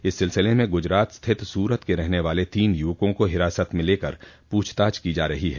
इस सिलसिले में गुजरात स्थित सूरत के रहने वाले तीन युवकों को हिरासत में लेकर पूछताछ की जा रही हैं